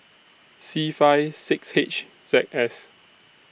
C five six H Z S